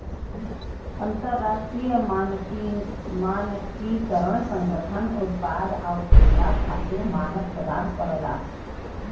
अंतरराष्ट्रीय मानकीकरण संगठन उत्पाद आउर सेवा खातिर मानक प्रदान करला